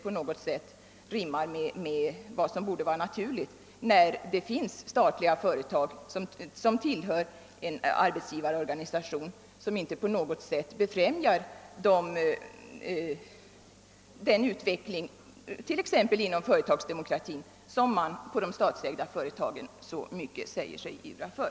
Men inte är det naturligt att ett statligt företag tillhör en arbetsgivarorganisation, där man inte på något sätt befrämjar utvecklingen t.ex. när det gäller företagsdemokratin som man inom de statsägda företagen säger sig ivra så starkt för.